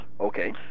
Okay